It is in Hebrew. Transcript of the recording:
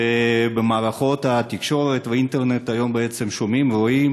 שבמערכות התקשורת והאינטרנט היום שומעים ורואים